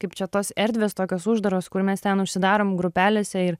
kaip čia tos erdvės tokios uždaros kur mes ten užsidarom grupelėse ir